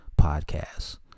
Podcasts